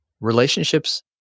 Relationships